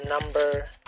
number